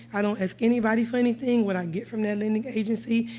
i don't ask anybody for anything. what i get from that lending agency,